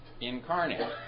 incarnate